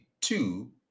two